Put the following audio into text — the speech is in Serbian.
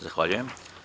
Zahvaljujem.